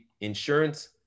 insurance